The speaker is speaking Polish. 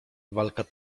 walka